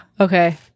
okay